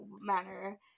manner